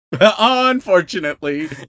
unfortunately